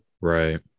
right